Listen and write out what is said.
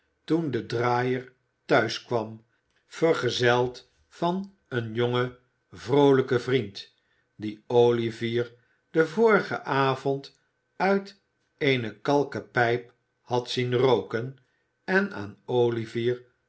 toen de draaier thuis kwam vergezeld van een jongen vroolijken vriend dien olivier den vorigen avond uit eene kalken pijp had zien rooken en aan